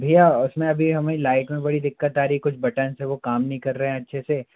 भैया उसमें अभी हमें लाइट में बड़ी दिक्कत आ रही कुछ बटन्स हैं वो काम नहीं कर रहे हैं अच्छे से